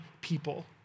people